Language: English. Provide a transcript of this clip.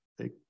Take